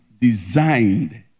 designed